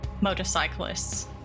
motorcyclists